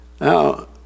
Now